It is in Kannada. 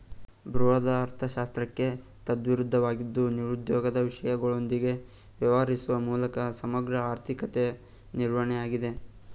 ಬೃಹದರ್ಥಶಾಸ್ತ್ರಕ್ಕೆ ತದ್ವಿರುದ್ಧವಾಗಿದ್ದು ನಿರುದ್ಯೋಗದ ವಿಷಯಗಳೊಂದಿಗೆ ವ್ಯವಹರಿಸುವ ಮೂಲಕ ಸಮಗ್ರ ಆರ್ಥಿಕತೆ ನಿರ್ವಹಣೆಯಾಗಿದೆ